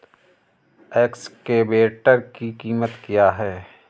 Excavator की कीमत क्या है?